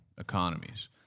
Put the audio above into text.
economies